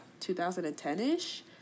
2010-ish